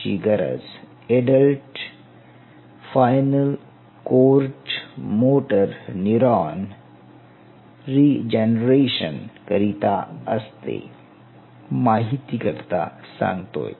ची गरज adult spinal cord motor neuron regeneration करीता असते माहितीकरिता सांगतोय